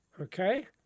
okay